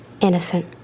innocent